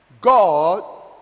God